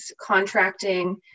contracting